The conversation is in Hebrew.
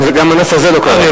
גם הנס הזה לא קרה.